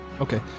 Okay